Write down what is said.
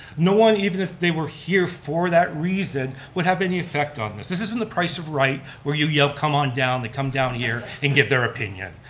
no one, even if they were here for that reason would have any affect on this. this isn't the price is right where you yell come on down, they come down here and get their opinion.